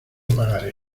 pagaré